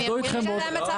אבל זה המצב היום.